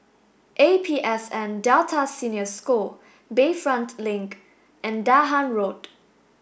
A P S N Delta Senior School Bayfront Link and Dahan Road